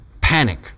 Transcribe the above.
panic